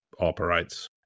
operates